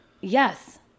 Yes